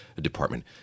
Department